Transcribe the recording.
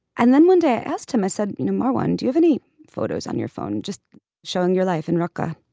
and then one day i asked him i said you know marwan do you have any photos on your phone just showing your life in raqqa.